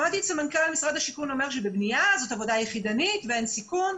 שמעתי את סמנכ"ל משרד השיכון אומר שבנייה זאת עבודה יחידנית ואין סיכון,